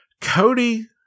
Cody